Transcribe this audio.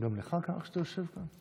גם לך קר כשאתה יושב כאן?